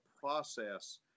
process